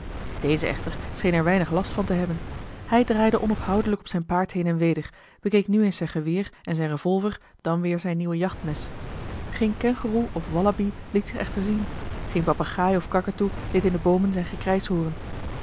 deze echter scheen er weinig last van te hebben hij draaide onophoudelijk op zijn paard heen en weder bekeek nu eens zijn geweer en zijne revolver dan weer zijn nieuw jachtmes geen kengoeroe of wallabie liet zich echter zien geen papegaai of kakatoe deed in de boomen zijn gekrijsch hooren